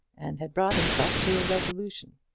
and had brought himself to a resolution.